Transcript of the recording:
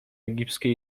egipskie